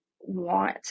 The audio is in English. want